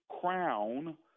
crown